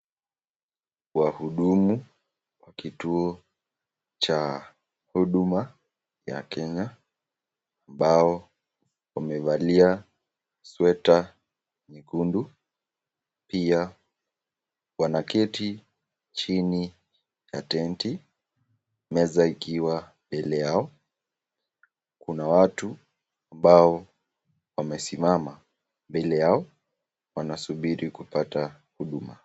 Wahudumu wa kituo cha huduma ya Kenya ambao wamevalia sweta nyekundu pia wanaketi chini ya tenti, meza ikiwa mbele yao .Kuna watu ambao wamesimama mbele yao wanasubiri kupata huduma.